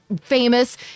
famous